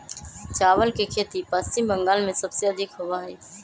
चावल के खेती पश्चिम बंगाल में सबसे अधिक होबा हई